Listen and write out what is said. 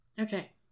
Okay